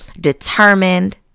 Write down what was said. determined